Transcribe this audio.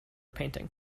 painting